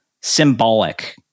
symbolic